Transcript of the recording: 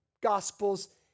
gospels